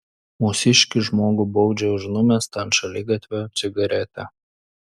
mūsiškį žmogų baudžia už numestą ant šaligatvio cigaretę